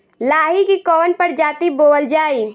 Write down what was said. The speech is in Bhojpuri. लाही की कवन प्रजाति बोअल जाई?